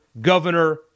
governor